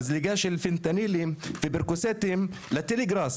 ועל זליגה של פנטנילים ופרקוסטים לטלגראס.